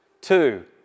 Two